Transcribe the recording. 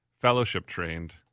fellowship-trained